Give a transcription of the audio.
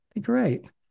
Great